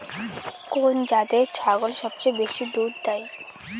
কোন জাতের ছাগল সবচেয়ে বেশি দুধ দেয়?